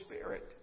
Spirit